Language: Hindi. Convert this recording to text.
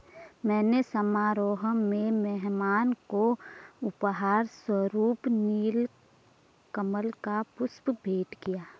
मैंने समारोह में मेहमान को उपहार स्वरुप नील कमल का पुष्प भेंट किया